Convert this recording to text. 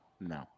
No